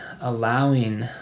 allowing